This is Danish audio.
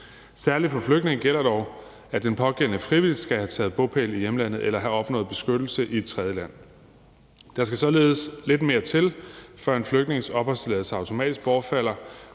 Særlig for flygtninge gælder dog, at den pågældende frivilligt skal have taget bopæl i hjemlandet eller have opnået beskyttelse i tredjeland. Der skal således lidt mere til, før en flygtnings opholdstilladelse automatisk bortfalder,